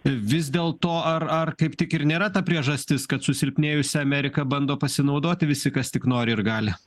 vis dėlto ar ar kaip tik ir nėra ta priežastis kad susilpnėjusia amerika bando pasinaudoti visi kas tik nori ir gali